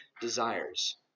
desires